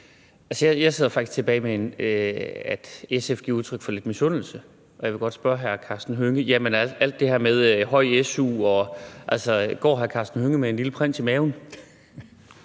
sidder jeg faktisk tilbage med et indtryk af, at SF giver udtryk for lidt misundelse. Jeg vil godt spørge hr. Karsten Hønge, når han siger alt det her med høj su osv.: Går hr. Karsten Hønge med en lille prins i maven?